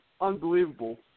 unbelievable